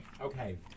Okay